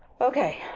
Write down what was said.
okay